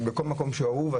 בכל מקום הוא אהוב.